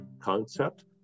concept